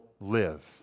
live